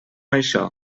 això